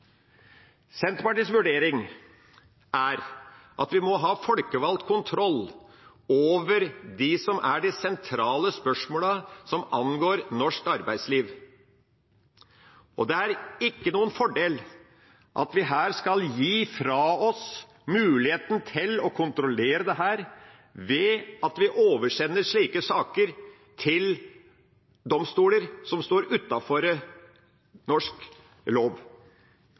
Senterpartiets vurdering er at vi må ha folkevalgt kontroll over de sentrale spørsmålene som angår norsk arbeidsliv. Det er ingen fordel at vi her skal gi fra oss muligheten til å kontrollere dette, ved at vi oversender slike saker til domstoler som står utenfor norsk lov.